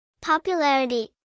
Popularity